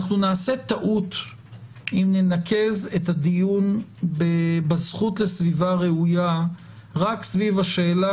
אנחנו נעשה טעות אם ננקז את הדיון בזכות לסביבה ראויה רק סביב השאלה